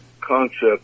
concept